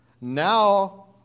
now